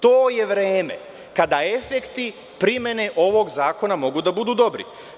To je vreme kada efekti primene ovog zakona mogu da budu dobri.